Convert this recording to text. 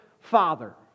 Father